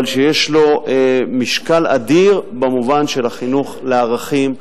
אבל יש לו משקל אדיר במובן של חינוך לערכים,